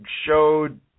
showed